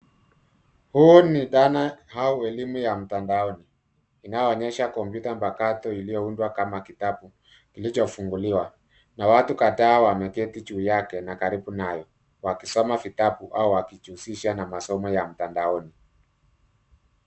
Huu ni dhana au elimu ya mtandaoni. Inayoonyesha kompyuta mpakato iliyoundwa kama kitabu kilichofunguliwa. Na watu kadhaa wameketi juu yake na karibu nayo wakisoma kitabu au wakijihusisha na masomo ya mtandaoni.